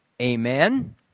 Amen